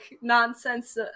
nonsense